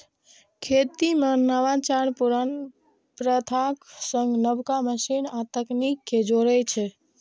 खेती मे नवाचार पुरान प्रथाक संग नबका मशीन आ तकनीक कें जोड़ै छै